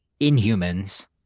inhumans